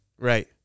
Right